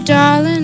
Darling